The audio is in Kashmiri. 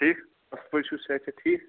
ٹھیٖک اصل پٲٹھۍ چھوٕ صحت چھ ٹھیٖک